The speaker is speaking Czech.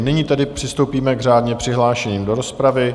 Nyní tedy přistoupíme k řádně přihlášeným do rozpravy.